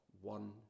one